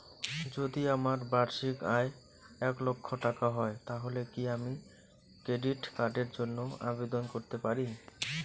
যদি আমার বার্ষিক আয় এক লক্ষ টাকা হয় তাহলে কি আমি ক্রেডিট কার্ডের জন্য আবেদন করতে পারি?